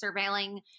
surveilling